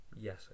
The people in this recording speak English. Yes